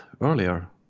earlier